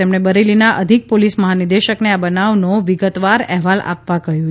તેમણે બરેલીના અધિક પોલીસ મહાનિદેશકને આ બનાવનો વિગતવાર અહેવાલ આપવા કહ્યું છે